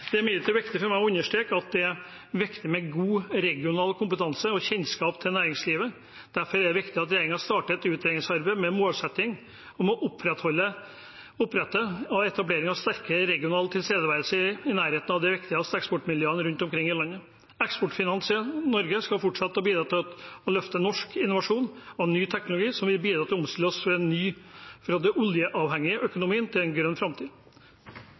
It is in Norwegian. Det er imidlertid viktig for meg å understreke at det er viktig med god regional kompetanse og kjennskap til næringslivet. Derfor er det viktig at regjeringen starter et utredningsarbeid med en målsetting om å opprette etablering av sterkere regional tilstedeværelse i nærheten av de viktigste eksportmiljøene rundt omkring i landet. Eksportfinansiering Norge skal fortsette å bidra til å løfte norsk innovasjon og ny teknologi, som vil bidra til å omstille oss fra den oljeavhengige økonomien til en grønn framtid.